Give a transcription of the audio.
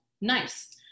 Nice